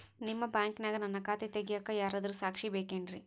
ನಿಮ್ಮ ಬ್ಯಾಂಕಿನ್ಯಾಗ ನನ್ನ ಖಾತೆ ತೆಗೆಯಾಕ್ ಯಾರಾದ್ರೂ ಸಾಕ್ಷಿ ಬೇಕೇನ್ರಿ?